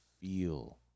feel